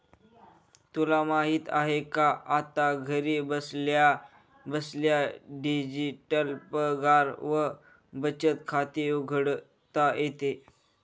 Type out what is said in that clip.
तुला माहित आहे का? आता घरी बसल्या बसल्या डिजिटल पगार व बचत खाते उघडता येते